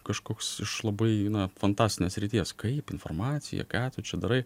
kažkoks iš labai na fantastinės srities kaip informacija ką tu čia darai